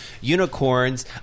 unicorns